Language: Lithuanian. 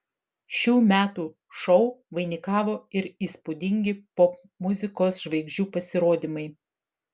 šių metų šou vainikavo ir įspūdingi popmuzikos žvaigždžių pasirodymai